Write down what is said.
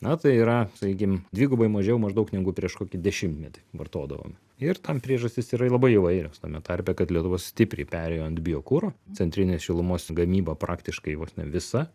na tai yra sakykim dvigubai mažiau maždaug negu prieš kokį dešimtmetį vartodavom ir tam priežastys yra labai įvairios tame tarpe kad lietuvos stipriai perėjo ant biokuro centrinės šilumos gamyba praktiškai vos ne visa